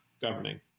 governing